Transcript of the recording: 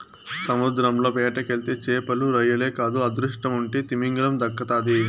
సముద్రంల వేటకెళ్తే చేపలు, రొయ్యలే కాదు అదృష్టముంటే తిమింగలం దక్కతాది